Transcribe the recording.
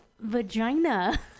vagina